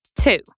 Two